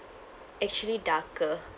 actually darker